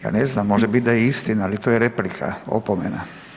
Ja ne znam, može bit da je istina, ali to je replika, opomena.